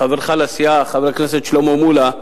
חברך לסיעה, חבר הכנסת שלמה מולה,